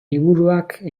liburuak